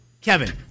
Kevin